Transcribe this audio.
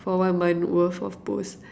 for one month worth of posts